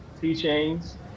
T-Chains